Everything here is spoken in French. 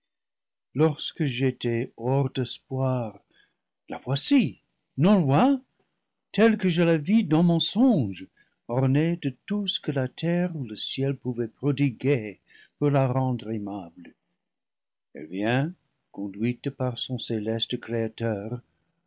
lorsque j'étais hors d'espoir la voici non loin telle que je la vis dans mon songe ornée de tout ce que la terre ou le ciel pouvaient prodiguer pour la rendre aimable elle vient conlivre viii par son céleste créateur